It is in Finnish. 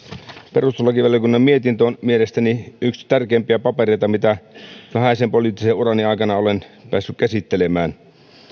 perustuslakivaliokunnan mietintö on mielestäni yksi tärkeimpiä papereita mitä vähäisen poliittisen urani aikana olen päässyt käsittelemään